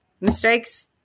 Mistakes